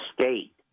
State